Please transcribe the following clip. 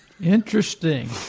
Interesting